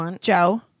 Joe